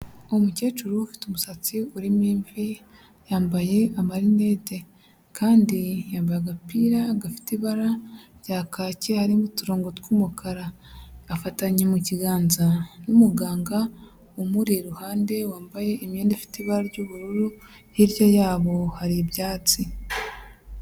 Umukecuru ufite umusatsi uririmo imvi, yambaye amarinete, kandi yambaye agapira gadafite ibara rya kaki harimo uturongo tw'umukara, afatanye mu kiganza n'umuganga umuri iruhande wambaye imyenda ifite ibara ry'ubururu, hirya yabo hari ibyatsi.